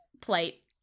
plate